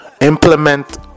implement